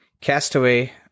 Castaway